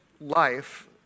life